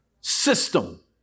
system